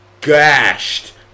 gashed